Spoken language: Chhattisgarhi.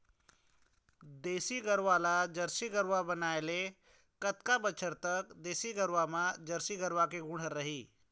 देसी गरवा ला जरसी गरवा बनाए ले कतका बछर तक देसी गरवा मा जरसी के गुण रही?